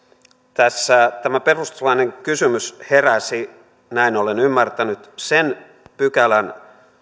tässä tämä perustuslaillinen kysymys heräsi näin olen ymmärtänyt sen pykälän